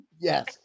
Yes